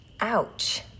Ouch